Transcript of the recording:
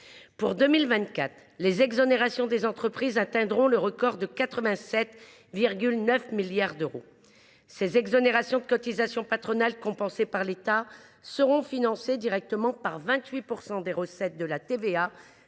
Pour 2024, les exonérations des entreprises atteindront le record de 87,9 milliards d’euros. Ces exonérations de cotisations patronales compensées par l’État seront financées, à hauteur de 28 %, directement par des recettes de la TVA,